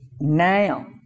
Now